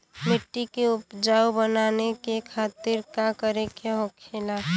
मिट्टी की उपजाऊ बनाने के खातिर का करके होखेला?